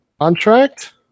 contract